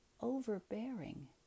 overbearing